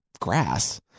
grass